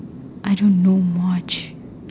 I don't know much